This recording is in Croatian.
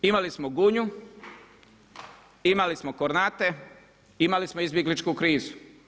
Imali smo Gunju, imali smo Kornate, imali smo izbjegličku krizu.